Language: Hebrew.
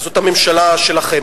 זאת הממשלה שלכם,